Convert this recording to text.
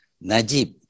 Najib